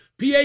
PA